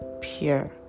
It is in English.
pure